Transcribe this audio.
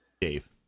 Dave